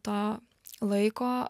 to laiko